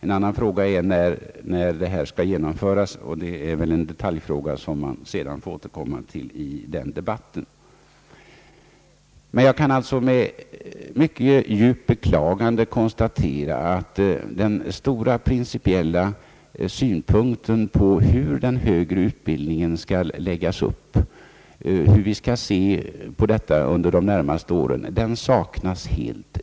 En annan fråga är när omläggningen skall genomföras, men det är en detaljfråga som får anstå till debatten kring dessa frågor. Med djupt beklagande vill jag konstatera att den principiella och viktiga synpunkten på hur den högre utbildningen skall läggas upp under de närmaste åren helt saknas.